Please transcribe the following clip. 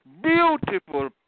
beautiful